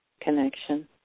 connection